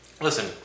Listen